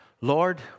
Lord